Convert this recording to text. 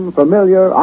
familiar